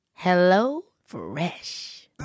HelloFresh